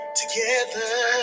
together